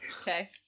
Okay